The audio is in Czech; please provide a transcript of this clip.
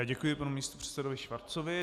Děkuji panu místopředsedovi Schwarzovi.